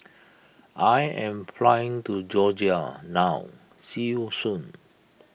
I am flying to Georgia now see you soon